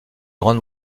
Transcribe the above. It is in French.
grande